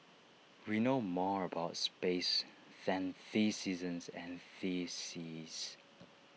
we know more about space than the seasons and the seas